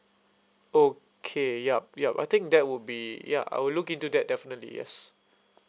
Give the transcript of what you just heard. okay yup yup I think that would be ya I would look into that definitely yes